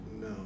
No